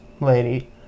lady